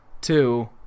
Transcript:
Two